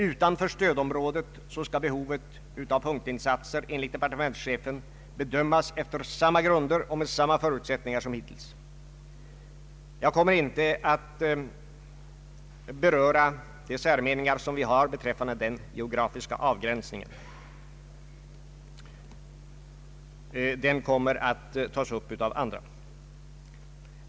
Utanför stödområdet skall behovet av punktinsatser enligt departementschefen bedömas efter samma grunder och med samma förutsättningar som hittills. Jag kommer inte att beröra de särmeningar som vi har beträffande den geografiska avgränsningen — de kommer att tas upp av andra.